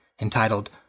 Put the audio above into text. entitled